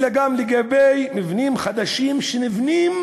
אלא גם לגבי מבנים חדשים שנבנים